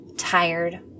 tired